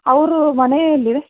ಅವ್ರ ಮನೆ ಎಲ್ಲಿದೆ